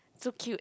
so cute